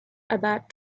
about